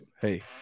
Hey